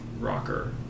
rocker